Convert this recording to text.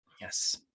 Yes